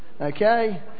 Okay